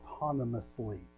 autonomously